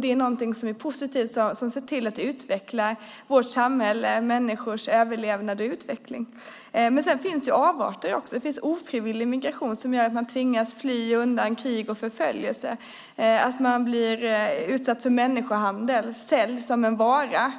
Det är någonting som är positivt och som ser till att utveckla vårt samhälle och förbättra människors överlevnad och utveckling. Men sedan finns det avarter. Det finns ofrivillig migration, när man tvingas fly undan krig och förföljelse eller blir utsatt för människohandel och säljs som en vara